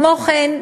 כמו כן,